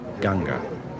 Ganga